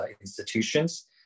institutions